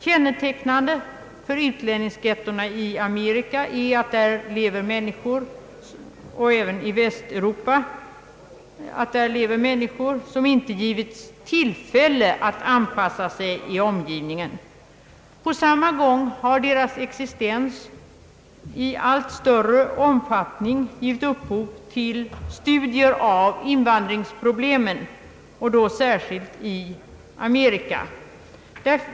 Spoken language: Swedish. Kännetecknande för utlänningsghettona i Amerika och även i Västeuropa är att där lever människor som inte givits tillfälle att anpassa sig till omgivningen. Deras existens har i allt större omfattning givit upphov till studier av invandringsproblemen, särskilt i Amerika.